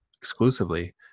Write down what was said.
exclusively